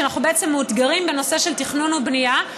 כשאנחנו בעצם מאותגרים בנושא של תכנון ובנייה.